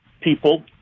people